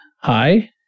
hi